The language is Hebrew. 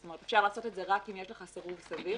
אפשר לעשות את זה רק אם יש לך סירוב סביר.